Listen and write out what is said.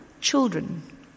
children